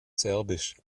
serbisch